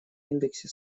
индексе